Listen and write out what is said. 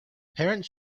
parents